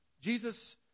Jesus